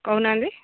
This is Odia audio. କହୁନାହାନ୍ତି